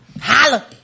Holla